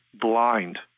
blind